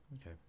Okay